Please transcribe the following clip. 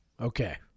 Okay